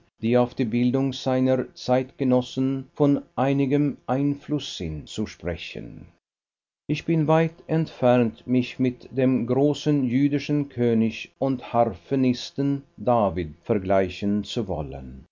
die auf die bildung seiner zeitgenossen von einigem einfluß sind zu sprechen ich bin weit entfernt mich mit dem großen jüdischen könig und harfenisten david vergleichen zu wollen